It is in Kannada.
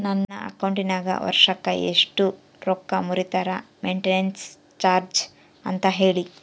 ನನ್ನ ಅಕೌಂಟಿನಾಗ ವರ್ಷಕ್ಕ ಎಷ್ಟು ರೊಕ್ಕ ಮುರಿತಾರ ಮೆಂಟೇನೆನ್ಸ್ ಚಾರ್ಜ್ ಅಂತ ಹೇಳಿ?